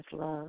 love